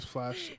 Flash